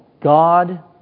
God